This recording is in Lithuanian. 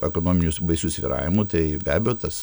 ekonominius baisių svyravimų tai be abejo tas